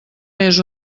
més